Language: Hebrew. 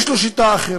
יש לו שיטה אחרת,